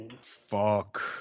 Fuck